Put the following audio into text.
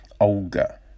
Olga